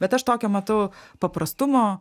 bet aš tokią matau paprastumo